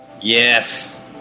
Yes